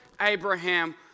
Abraham